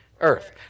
earth